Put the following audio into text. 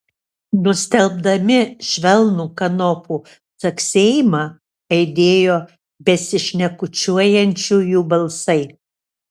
nustelbdami švelnų kanopų caksėjimą aidėjo besišnekučiuojančiųjų balsai